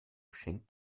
schenkt